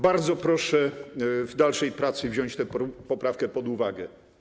Bardzo proszę w dalszej pracy wziąć tę poprawkę pod uwagę.